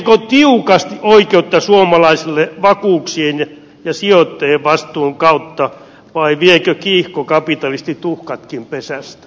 vaaditteko tiukasti oikeutta suomalaisille vakuuksien ja sijoittajien vastuun kautta vai viekö kiihkokapitalisti tuhkatkin pesästä